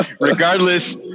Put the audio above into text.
regardless